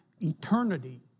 eternity